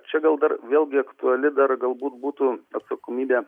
čia gal dar vėlgi aktuali dar galbūt būtų atsakomybė